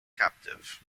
captive